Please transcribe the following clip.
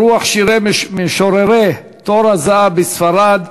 ברוח שירי משוררי "תור הזהב" בספרד,